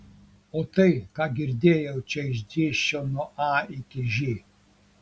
o tai ką girdėjau čia išdėsčiau nuo a iki ž